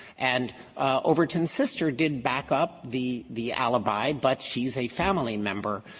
and overton's sister did back up the the alibi, but she's a family member,